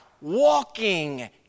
walking